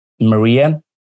Maria